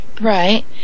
right